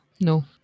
No